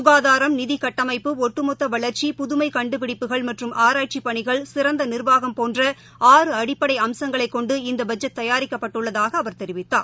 சுகாதாரம் நிதி கட்டமைப்பு ஒட்டுமொத்த வளர்ச்சி புதுமை கண்டுபிடிப்புகள் மற்றும் ஆராய்ச்சிப் பணிகள் சிறந்த நிர்வாகம் போன்ற ஆறு அடிப்படை அம்சங்களைக் கொண்டு இந்த பட்ஜெட் தயாரிக்கப்பட்டுள்ளதாக அவர் தெரிவித்தார்